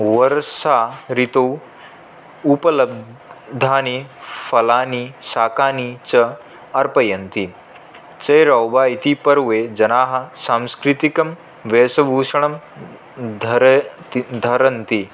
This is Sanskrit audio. वर्षाऋतौ उपलब्धानि फलानि शाकानि च अर्पयन्ति चेरौव इति पर्वे जनाः सांस्कृतिकं वेशभूषणं धरन्ति